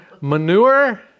Manure